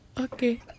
Okay